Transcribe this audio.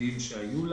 ייעודיים שהיו לה.